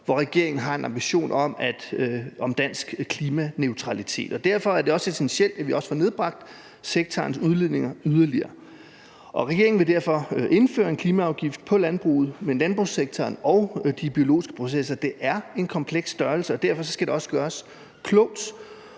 hvor regeringen har en ambition om dansk klimaneutralitet, og derfor er det også essentielt, at vi også får nedbragt sektorens udledninger yderligere. Regeringen vil derfor indføre en klimaafgift på landbruget, men landbrugssektoren og de biologiske processer er en kompleks størrelse, og derfor skal det også gøres klogt.